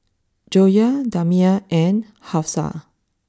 Joyah Damia and Hafsa